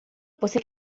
você